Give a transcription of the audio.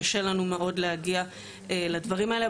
מאוד קשה לנו להגיע לדברים האלה,